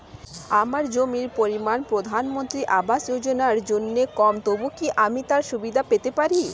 আমার জমির পরিমাণ প্রধানমন্ত্রী আবাস যোজনার জন্য কম তবুও কি আমি তার সুবিধা পেতে পারি?